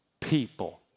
People